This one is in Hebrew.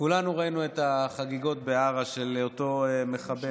כולנו ראינו את החגיגות בעארה של אותו מחבל,